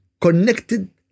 connected